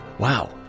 Wow